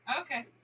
Okay